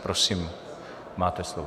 Prosím, máte slovo.